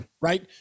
Right